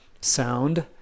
sound